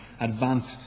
advanced